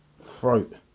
throat